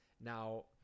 Now